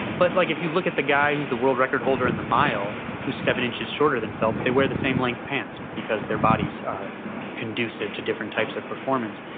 but like if you look at the guy who's the world record holder in the mile, who's seven inches shorter than phelps, they wear the same length pants because their bodies are conducive to different types of performance.